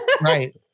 Right